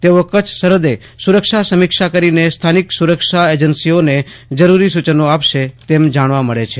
તેઓ કચ્છ સરહદે સુરક્ષા સમિક્ષા કરીને સ્થાનિક સુરક્ષા એજન્સીઓને જરૂરી સૂચનો આપશે તેમ જાણવા મળે છે